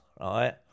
right